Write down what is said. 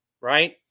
Right